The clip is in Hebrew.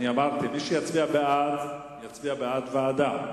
אמרתי שמי שיצביע בעד, יצביע בעד ועדה,